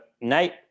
Nate